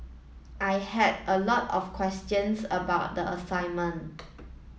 I had a lot of questions about the assignment